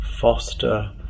foster